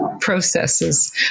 processes